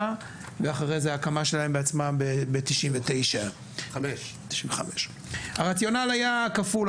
ואחרי זה ההקמה שלהן היתה ב- 1995. הרציונל היה כפול,